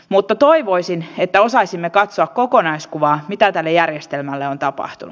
mutta toivoisin että osaisimme katsoa kokonaiskuvaa mitä tälle järjestelmälle on tapahtuu